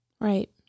Right